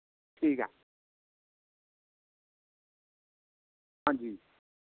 ठीक ऐ हां जी